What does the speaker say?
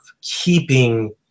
keeping